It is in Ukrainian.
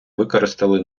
використали